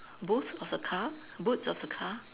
boot of the car boot of a car